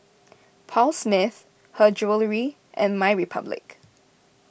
Paul Smith Her Jewellery and My Republic